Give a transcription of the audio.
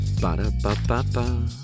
Ba-da-ba-ba-ba